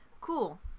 cool